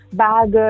bag